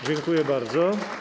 Dziękuję bardzo.